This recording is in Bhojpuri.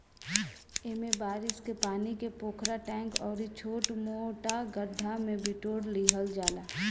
एमे बारिश के पानी के पोखरा, टैंक अउरी छोट मोट गढ्ढा में बिटोर लिहल जाला